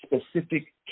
specific